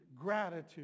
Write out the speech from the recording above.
gratitude